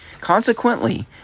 Consequently